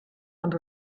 und